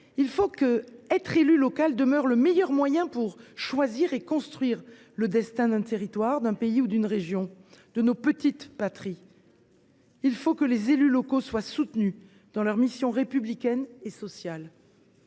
démocratie. Être élu local doit demeurer le meilleur moyen de construire le destin d’un territoire, d’un pays ou d’une région, de nos petites patries. Il faut également que nos élus locaux soient soutenus dans leur mission républicaine et sociale.